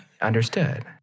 understood